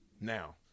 Now